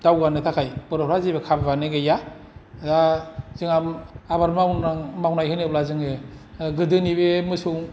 दावगानो थाखाय बर' फ्रा जेबो खाबु आनो गैया जों आबाद मावनाय मावनांनाय होनोब्ला जोंङो गोदोनि बे मोसौ